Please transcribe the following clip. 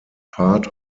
part